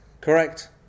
correct